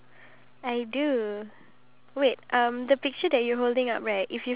so they tend to work a lot more and they don't get